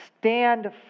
stand